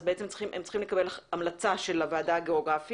אז בעצם הם צריכים לקבל המלצה של הוועדה הגיאוגרפית.